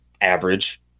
average